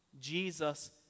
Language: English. Jesus